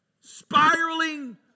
spiraling